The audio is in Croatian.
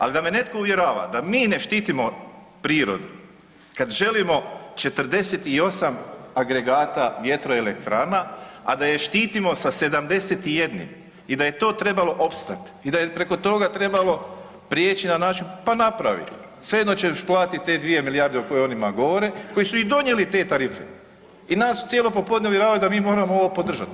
Ali da me netko uvjerava da mi ne štitimo prirodu kad želimo 49 agregata vjetroelektrana, a da je štitimo sa 71 i da je to trebalo opstati i da je preko toga trebalo prijeći na način, pa napravi svejedno ćeš platiti te 2 milijarde o kojima oni govore koji su i donijeli te tarife i nas su cijelo popodne uvjeravali da mi moramo ovo podržati.